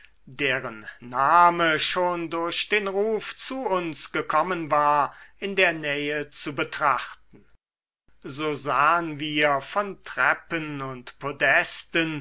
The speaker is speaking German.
deren name schon durch den ruf zu uns gekommen war in der nähe zu betrachten so sahen wir von treppen und podesten